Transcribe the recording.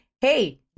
hey